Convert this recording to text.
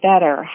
better